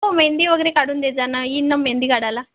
हो मेहेंदी वगैरे काढून देजा ना येईन न मेहेंदी काढायला